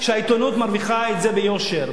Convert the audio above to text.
שהעיתונות מרוויחה את זה ביושר.